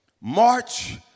March